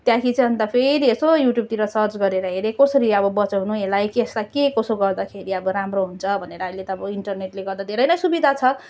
त्यहाँदेखि चाहिँ अन्त फेरि यसो युट्युबतिर सर्च गरेर हेरेँ कसरी अब बचाउनु यसलाई यसलाई के कसो गर्दाखेरि अब राम्रो हुन्छ भनेर अहिले त अब इन्टरनेटले गर्दा धेरै सुविधा छ